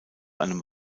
einem